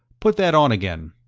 put that on again.